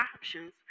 options